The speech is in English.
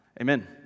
Amen